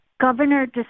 Governor